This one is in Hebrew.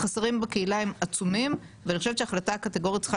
החסרים בקהילה הם עצומים ואני חושבת שהחלטה הקטגורית צריכה